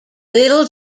little